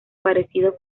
parecido